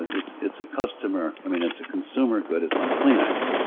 ah it's it's a customer, i mean it's a consumer good, it's like kleenex.